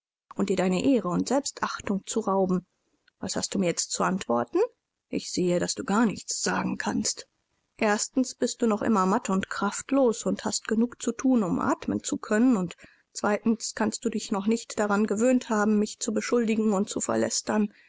und dir deine ehre und selbstachtung zu rauben was hast du mir jetzt zu antworten ich sehe daß du gar nichts sagen kannst erstens bist du noch immer matt und kraftlos und hast genug zu thun um atmen zu können und zweitens kannst du dich noch nicht daran gewöhnt haben mich zu beschuldigen und zu